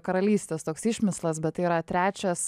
karalystės toks išmislas bet tai yra trečias